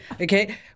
Okay